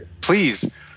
please